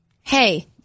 Hey